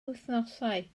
wythnosau